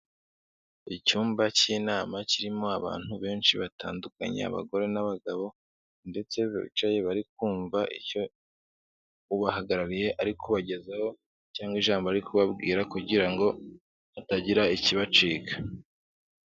Icyumba cy'inama, kirimo abantu benshi batandukanye, abagore n'abagabo ndetse bicaye bari kumva icyo ubahagarariye ari kubagezaho cyangwa ijambo ari kubabwira, kugira ngo hatagira ikibacika.